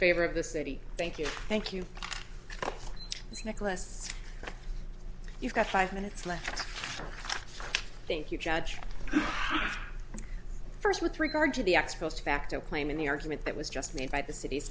favor of the city thank you thank you nicholas you've got five minutes left i think you judge first with regard to the ex post facto claim in the argument that was just made by the city